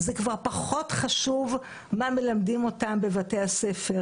כבר פחות חשוב מה מלמדים אותם בבתי הספר.